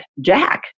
Jack